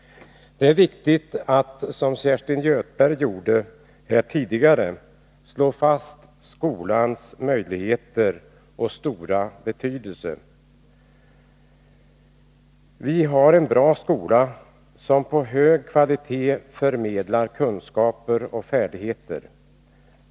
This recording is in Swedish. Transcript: Det är viktigt att man, som Kerstin Göthberg gjorde här tidigare, slår fast skolans möjligheter och stora betydelse. Vi har en bra skola, som på en hög kvalitetsnivå förmedlar kunskaper och färdigheter.